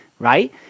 Right